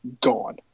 Gone